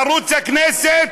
ערוץ הכנסת,